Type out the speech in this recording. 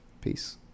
Peace